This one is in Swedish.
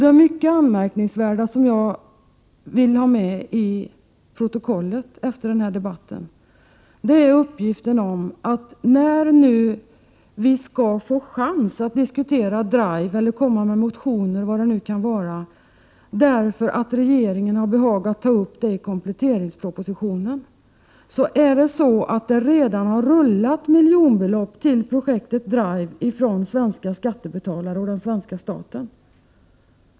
Det mycket anmärkningsvärda som jag vill föra till protokollet är uppgiften om att vi nu skall få chans att diskutera DRIVE och komma med motioner därför att regeringen behagat ta upp denna fråga i kompletteringspropositionen. Men det är ju så att det redan rullat miljoner till projektet DRIVE från svenska skattebetalare och den svenska staten.